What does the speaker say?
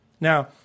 Now